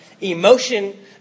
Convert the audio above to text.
emotion